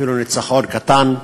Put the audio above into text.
אפילו ניצחון קטן.